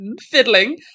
Fiddling